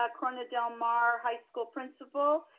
ah corona del mar high school principal,